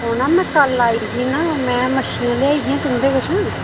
ओह् ना मैं कल आई ही ना मैं मच्छियां लेआई हियां तुंदे कशा